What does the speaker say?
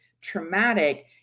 traumatic